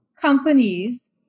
companies